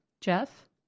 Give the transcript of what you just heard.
Jeff